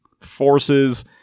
forces